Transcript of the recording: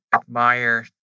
admire